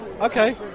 okay